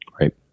Right